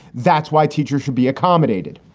that's why teachers should be accommodated.